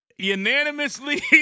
unanimously